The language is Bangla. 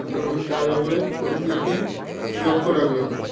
এবং তার ও উপরে প্রত্যেকদিন লক্ষ্য রাখলাম